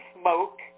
smoke